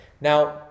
now